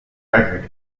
record